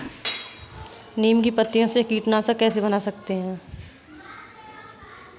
नीम की पत्तियों से कीटनाशक कैसे बना सकते हैं?